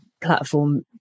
platform